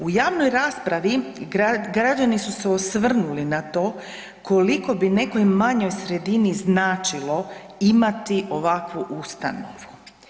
U javnoj raspravi rađani su se osvrnuli na to koliko bi nekoj manjoj sredini značilo imati ovakvu ustanovu.